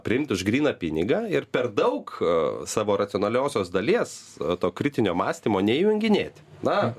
priimti už gryną pinigą ir per daug savo racionaliosios dalies to kritinio mąstymo neįjunginėti na